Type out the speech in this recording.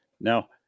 Now